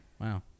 Wow